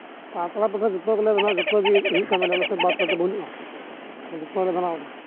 ᱟᱨ ᱠᱚᱲᱟ ᱠᱚᱫᱚ ᱡᱚᱛᱚ ᱜᱮᱞᱮ ᱚᱱᱟ ᱡᱚᱛᱚ ᱜᱮ ᱦᱩᱭᱩᱜ ᱠᱟᱱ ᱛᱟᱞᱮᱭᱟ